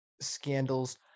scandals